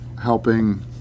helping